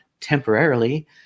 temporarily